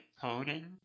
coding